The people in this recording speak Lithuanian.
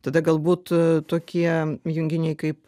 tada galbūt tokie junginiai kaip